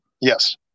Yes